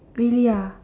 really ah